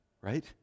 Right